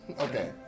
Okay